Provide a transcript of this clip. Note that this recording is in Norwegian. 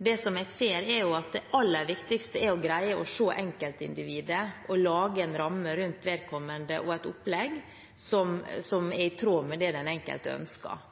Det som jeg ser, er at det aller viktigste er at en greier å se enkeltindividet og lage en ramme rundt vedkommende og et opplegg som er i tråd med det den enkelte ønsker,